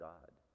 God